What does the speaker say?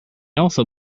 also